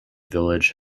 village